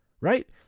right